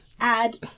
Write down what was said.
add